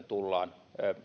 tullaan